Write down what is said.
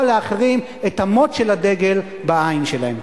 לאחרים את המוט של הדגל בעין שלהם.